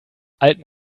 alten